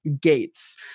gates